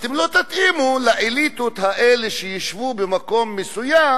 אתם לא תתאימו לאליטות האלה שישבו במקום מסוים